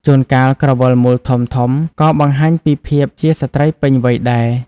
ជួនកាលក្រវិលមូលធំៗ ក៏បង្ហាញពីភាពជាស្ត្រីពេញវ័យដែរ។